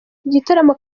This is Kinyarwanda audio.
igitaramo